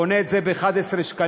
קונה את זה ב-11 שקלים,